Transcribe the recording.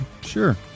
Sure